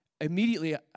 immediately